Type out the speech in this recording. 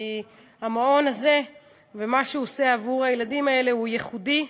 כי המעון הזה ומה שהוא עושה עבור הילדים האלה הוא ייחודי,